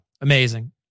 Amazing